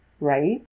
Right